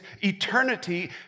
eternity